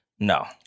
No